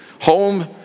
Home